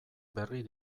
berri